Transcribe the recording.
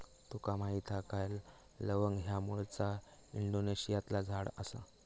तुका माहीत हा काय लवंग ह्या मूळचा इंडोनेशियातला झाड आसा